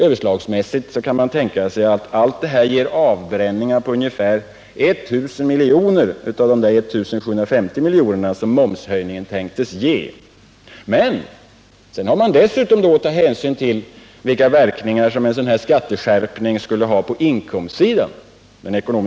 Överslagsmässigt kan man tänka sig att allt detta ger avbränningar på nära 1000 miljoner av de 1 750 miljoner som momshöjningen tänktes ge. Men sedan har man att ta hänsyn till hur skatteskärpningen påverkar inkomstsidan.